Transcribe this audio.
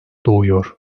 doğuyor